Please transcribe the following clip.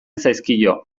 zaizkio